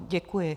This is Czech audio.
Děkuji.